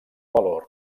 valor